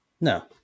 No